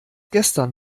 gestern